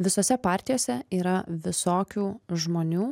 visose partijose yra visokių žmonių